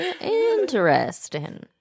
interesting